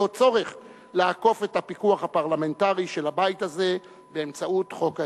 עוד צורך לעקוף את הפיקוח הפרלמנטרי של הבית הזה באמצעות חוק ההסדרים.